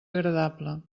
agradable